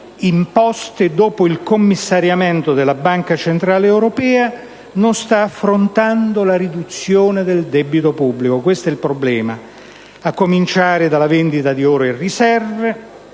imposte dopo il commissariamento da parte della Banca centrale europea, non sta affrontando la riduzione del debito pubblico - questo è il problema - a cominciare dalla vendita di oro e riserve